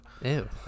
Ew